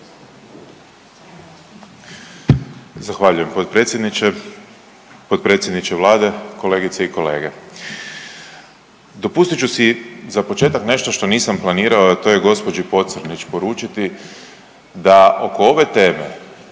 Zahvaljujem potpredsjedniče. Potpredsjedniče Vlade, kolegice i kolege. Dopustit ću si za početak nešto što nisam planirao, a to je gospođi Pocrnić poručiti da oko ove teme